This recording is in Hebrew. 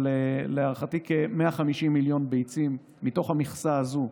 להערכתי בכ-150 מיליון ביצים בלבד מתוך המכסה הזאת,